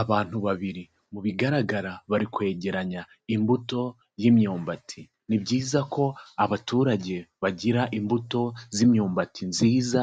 Abantu babiri mu bigaragara bari kwegeranya imbuto y'imyumbati, ni byiza ko abaturage bagira imbuto z'imyumbati nziza